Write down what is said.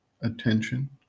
attention